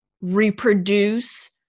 reproduce